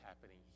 happening